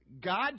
God